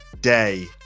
day